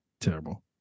terrible